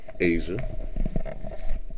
Asia